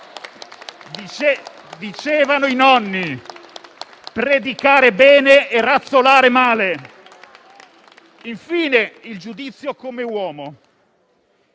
Dicevano i nonni: predicare bene e razzolare male. Infine, il giudizio come uomo: